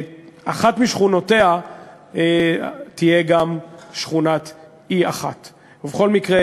אחת משכונותיה תהיה גם שכונת 1E. בכל מקרה,